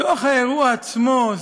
בתוך האירוע עצמו,